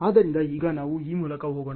ಆದ್ದರಿಂದ ಈಗ ನಾವು ಈ ಮೂಲಕ ಹೋಗೋಣ